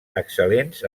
excel·lents